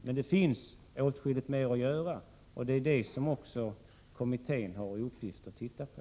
Men det finns åtskilligt mer att göra, och det har också kommittén till uppgift att titta på.